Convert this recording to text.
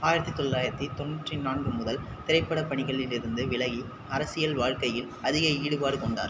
ஆயிரத்தி தொள்ளாயிரத்தி தொண்ணூற்றி நான்கு முதல் திரைப்படப் பணிகளில் இருந்து விலகி அரசியல் வாழ்க்கையில் அதிகம் ஈடுபாடு கொண்டார்